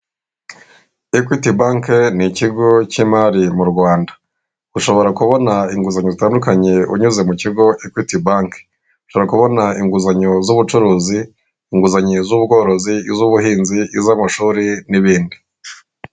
Ekwiti banke ni ikigo cy'imari mu Rwanda, ushobora kubona inguzanyo zitandukanye unyuze mu kigo ekwiti banke, ushobora kubona inguzanyo z'ubucuruzi, inguzanyo z'ubworozi, iz'ubuhinzi, iz'amashuri n'ibindi.